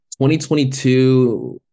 2022